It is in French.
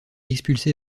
expulsé